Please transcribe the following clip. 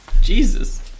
Jesus